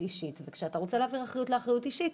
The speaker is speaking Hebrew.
אישית וכשאתה רוצה להעביר אחריות לאחריות אישית,